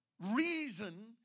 reason